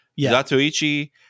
Zatoichi